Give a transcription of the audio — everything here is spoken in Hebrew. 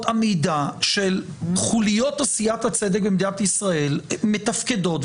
המידע של חוליות עשיית הצדק במדינת ישראל מתפקדות,